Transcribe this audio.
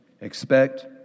Expect